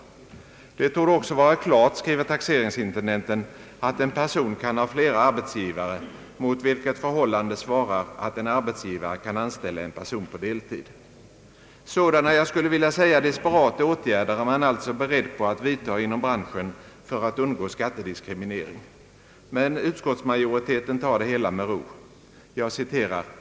»Det torde också vara klart», skriver taxeringsintendenten, »att en person kan ha flera arbetsgivare, mot vilket förhållande svarar att en arbetsgivare kan anställa en person på deltid.» Sådana, jag skulle vilja säga desperata åtgärder är man alltså beredd att vidta inom branschen för att undgå skattediskriminering. Men utskottsmajoriteten tar det hela med ro.